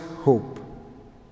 hope